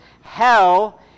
hell